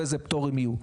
ואילו פטורים יהיו".